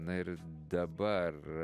na ir dabar